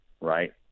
right